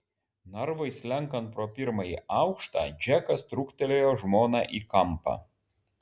narvui slenkant pro pirmąjį aukštą džekas trūktelėjo žmoną į kampą